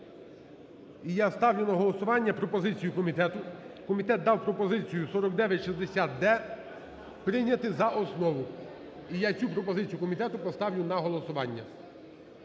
І я ставлю на голосування пропозицію комітету, комітет дав пропозицію 4960-д прийняти за основу. І я цю пропозицію комітету поставлю на голосування.